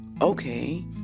okay